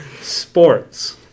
Sports